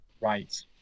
Right